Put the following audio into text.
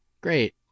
Great